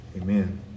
Amen